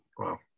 Wow